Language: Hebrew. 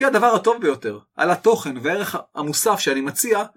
כי הדבר הטוב ביותר על התוכן וערך המוסף שאני מציע